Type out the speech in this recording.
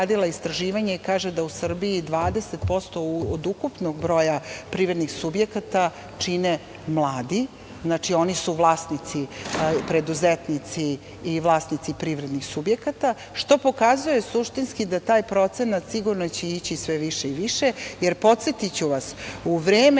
istraživanje i kaže da u Srbiji 20% od ukupnog broja privrednih subjekata čine mladi i oni su vlasnici i preduzetnici i vlasnici privrednih subjekata, što pokazuje suštinski da će taj procenat ići sve više i više, jer podsetiću vas, u vreme